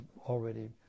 already